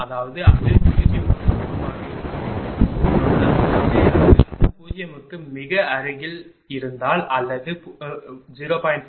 அதாவது அது 0 க்கு சமமாக இருக்க வேண்டும் ஆனால் தற்செயலாக அது 0 க்கு மிக அருகில் இருந்தால் அல்லது 0